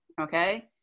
okay